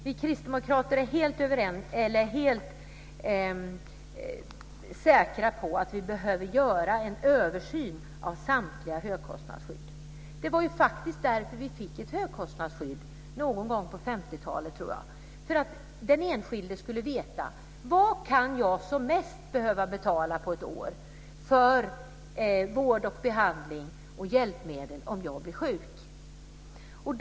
Vi kristdemokrater är helt säkra på att det behöver göras en översyn av samtliga högkostnadsskydd. Det var faktiskt därför vi fick ett högkostnadsskydd - jag tror att det var någon gång på 50-talet. Den enskilde skulle veta vad denne som mest skulle behöva betala på ett år för vård, behandling och hjälpmedel vid sjukdom.